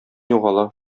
югала